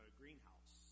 greenhouse